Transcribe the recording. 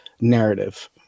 narrative